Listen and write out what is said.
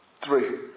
Three